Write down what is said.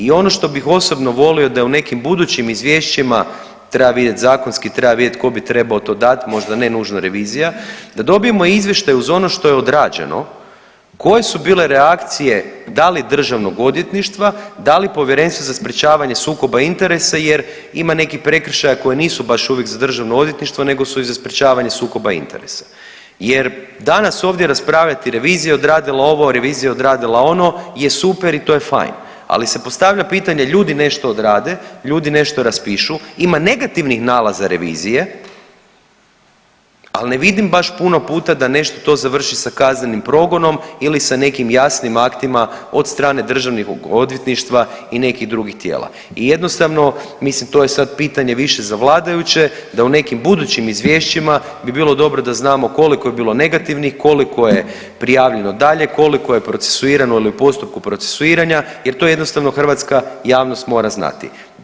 I ono što bih osobno volio da je u nekim budućim izvješćima, treba vidjet zakonski, treba vidjet ko bi trebao to dat, možda ne nužno revizija, da dobijemo izvještaj uz ono što je odrađeno, koje su bile reakcije, da li državnog odvjetništva, da li Povjerenstva za sprječavanje sukoba interesa jer ima nekih prekršaja koji nisu baš uvijek za državno odvjetništvo nego su i za sprječavanje sukoba interesa jer danas ovdje raspravljati revizija je odradila ovo, revizija je odradila ono je super i to je fajn, ali se postavlja pitanje ljudi nešto odrade, ljudi nešto raspišu, ima negativnih nalaza revizije, al ne vidim baš puno puta da nešto to završi sa kaznenim progonom ili sa nekim jasnim aktima od strane državnih odvjetništva i nekih drugih tijela i jednostavno, mislim to je sad pitanje više za vladajuće da u nekim budućim izvješćima bi bilo dobro da znamo koliko je bilo negativnih, koliko je prijavljeno dalje, koliko je procesuirano ili u postupku procesuiranja jer to jednostavno hrvatska javnost mora znati.